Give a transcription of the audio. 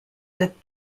that